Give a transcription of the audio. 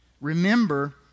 Remember